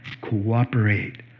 Cooperate